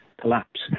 collapse